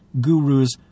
gurus